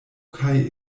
kaj